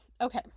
Okay